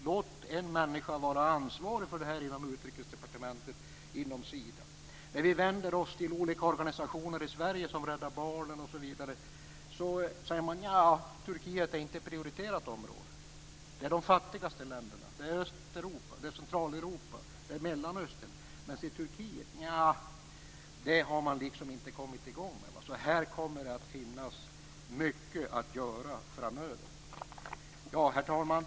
Låt en människa inom Utrikesdepartementet och inom Sida vara ansvarig för detta. När vi vänder oss till olika organisationer i Sverige, som Rädda Barnen m.fl., säger man: Nja, Turkiet är inte prioriterat område. Det är de fattigaste länderna. Det är Östeuropa, Centraleuropa, Mellanöstern. Men Turkiet, nja, det har man liksom inte kommit i gång med. Här kommer att finnas mycket att göra framöver. Herr talman!